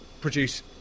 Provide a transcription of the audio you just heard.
produce